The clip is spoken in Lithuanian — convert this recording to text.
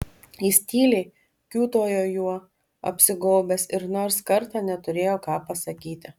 jis tyliai kiūtojo juo apsigaubęs ir nors kartą neturėjo ką pasakyti